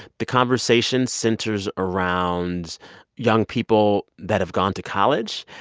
the conversation centers around young people that have gone to college.